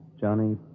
Johnny